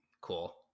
Cool